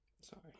Sorry